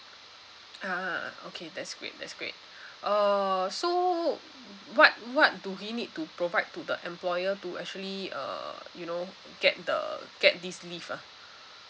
ah okay that's great that's great uh so what what do we need to provide to the employer to actually uh you know get the get this leave ah